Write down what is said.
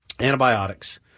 Antibiotics